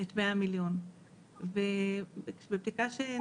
אגב, העיסוק שלנו במקצועות עם ביקושים גבוהים.